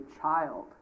child